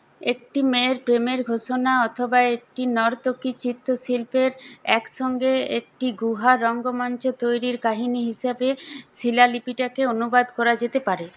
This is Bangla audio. একটি মেয়ের প্রেমের ঘোষণা অথবা একটি নর্তকী চিত্রশিল্পের একসঙ্গে একটি গুহা রঙ্গমঞ্চ তৈরির কাহিনী হিসেবে শিলালিপিটাকে অনুবাদ করা যেতে পারে